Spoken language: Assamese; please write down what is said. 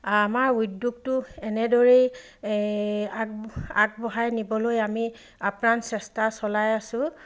আমাৰ উদ্যোগটো এনেদৰেই আগ আগবঢ়াই নিবলৈ আমি আপ্ৰাণ চেষ্টা চলাই আছোঁ